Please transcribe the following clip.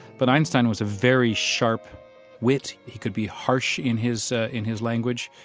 but einstein was a very sharp wit. he could be harsh in his in his language,